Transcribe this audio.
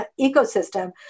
ecosystem